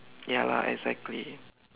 ya lah exactly